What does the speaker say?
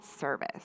service